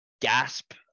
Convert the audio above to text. Gasp